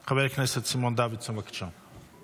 נוכ.; חבר הכנסת סימון דוידסון, בבקשה.